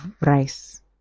rice